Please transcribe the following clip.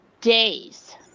days